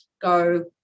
go